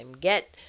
Get